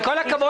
עם כל הכבוד,